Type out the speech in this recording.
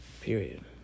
period